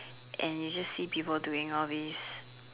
and you just see people doing all these